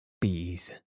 bees